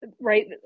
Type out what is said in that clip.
right